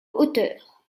hauteur